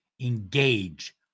Engage